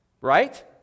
Right